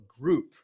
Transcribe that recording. group